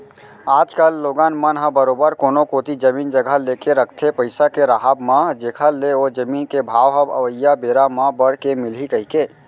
आज कल लोगन मन ह बरोबर कोनो कोती जमीन जघा लेके रखथे पइसा के राहब म जेखर ले ओ जमीन के भाव ह अवइया बेरा म बड़ के मिलही कहिके